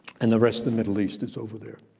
and the rest of the middle east is over there.